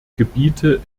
gebiete